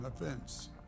offense